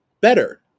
better